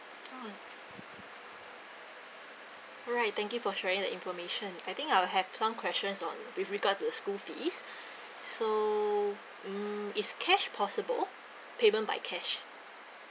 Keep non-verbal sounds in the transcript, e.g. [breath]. oh alright thank you for sharing that information I think I'll have some questions on with regards to the school fees [breath] so mm is cash possible payment by cash